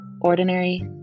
ordinary